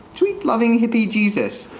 loving, hippie jesus,